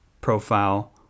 profile